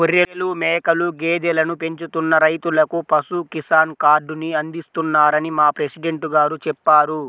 గొర్రెలు, మేకలు, గేదెలను పెంచుతున్న రైతులకు పశు కిసాన్ కార్డుని అందిస్తున్నారని మా ప్రెసిడెంట్ గారు చెప్పారు